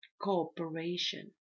cooperation